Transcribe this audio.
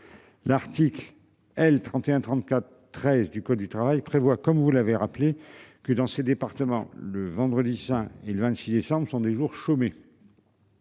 L'article L 31 34 13 du code du travail prévoit comme vous l'avez rappelé, que dans ces départements le vendredi Saint. Et le 26 décembre sont des jours chômés.